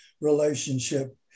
relationship